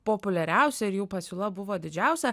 populiariausi ir jų pasiūla buvo didžiausia